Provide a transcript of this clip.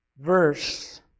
verse